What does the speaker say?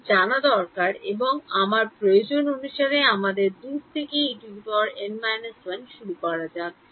আমাদের জানা দরকার এবং আমার প্রয়োজন অনুসারে আমাদের দূর থেকে শুরু করা যাক